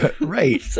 Right